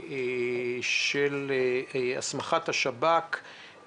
להאריך את הסמכת השב"כ,